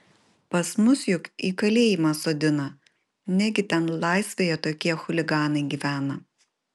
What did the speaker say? pas mus juk į kalėjimą sodina negi ten laisvėje tokie chuliganai gyvena